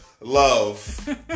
love